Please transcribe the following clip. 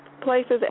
places